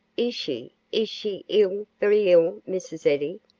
is she is she ill very ill, mrs. eddy?